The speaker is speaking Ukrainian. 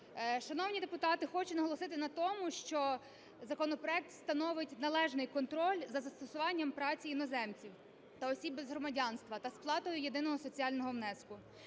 Шановні депутати, хочу наголосити на тому, що законопроект встановить належний контроль за застосуванням праці іноземців та осіб без громадянства та сплатою єдиного соціального внеску.